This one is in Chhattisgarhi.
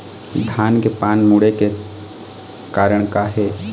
धान के पान मुड़े के कारण का हे?